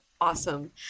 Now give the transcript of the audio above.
awesome